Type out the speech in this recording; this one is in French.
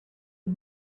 une